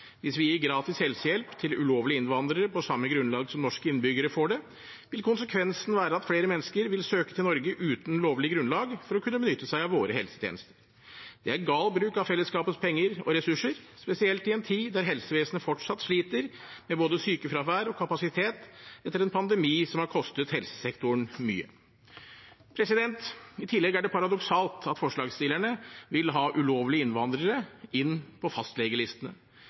Hvis vi gir gratis helsehjelp til ulovlige innvandrere på samme grunnlag som norske innbyggere får det, vil konsekvensen være at flere mennesker vil søke til Norge uten lovlig grunnlag for å kunne benytte seg av våre helsetjenester. Det er gal bruk av fellesskapets penger og ressurser, spesielt i en tid der helsevesenet fortsatt sliter med både sykefravær og kapasitet etter en pandemi som har kostet helsesektoren mye. I tillegg er det paradoksalt at forslagsstillerne vil ha ulovlige innvandrere inn på fastlegelistene.